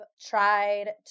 tried